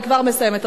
אני כבר מסיימת,